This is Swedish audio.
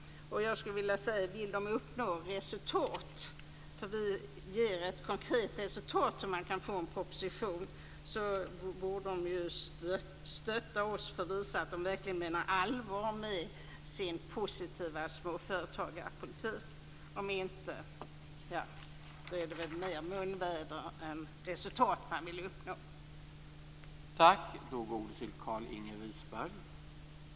Om de vill uppnå resultat - vi ger ett konkret förslag om hur man kan få en proposition - borde de stötta oss för att visa att de verkligen menar allvar med sin positiva småföretagarpolitik. Annars handlar det väl mer om munväder och inte om att man vill uppnå resultat.